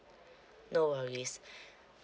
no worries